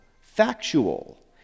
factual